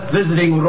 visiting